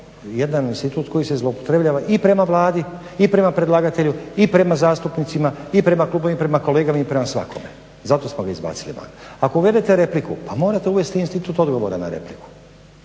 jedan institut koji se zloupotrebljava i prema vladi i prema predlagatelju i prema zastupnicima i prema klubovima i prema kolegama i prema svakome. Zato smo ga izbacili van. Ako uvedete repliku pa morate uvesti institut odgovora na repliku.